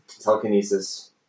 telekinesis